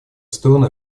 стороны